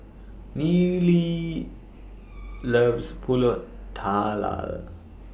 Neely loves Pulut